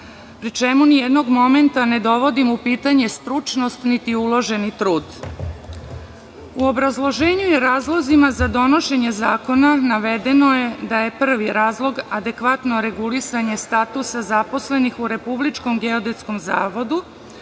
pri čemu nijednog momenta ne dovodim u pitanje stručnost niti uloženi trud.U obrazloženju i razlozima za donošenje zakona navedeno je da je prvi razlog adekvatno regulisanje statusa zaposlenih u RGZ. Takođe, u